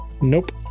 Nope